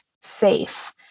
safe